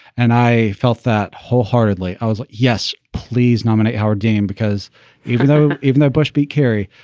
and i felt that wholeheartedly. i was like, yes, please nominate howard dean. because even though even though bush be kerry,